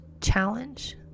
challenge